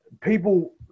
people